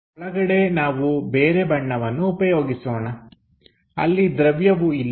ಒಳಗಡೆ ನಾವು ಬೇರೆ ಬಣ್ಣವನ್ನು ಉಪಯೋಗಿಸೋಣ ಅಲ್ಲಿ ದ್ರವ್ಯವು ಇಲ್ಲ